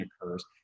occurs